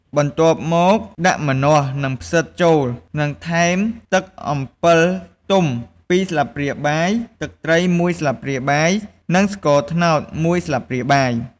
បន្ទាប់មក ដាក់ ម្នាស់ និង ផ្សិត ចូល និងថែម ទឹកអំពិលទុំ ២ ស្លាបព្រាបាយ ទឹកត្រី ១ ស្លាបព្រាបាយ និងស្ករត្នោត ១ ស្លាបព្រាបាយ។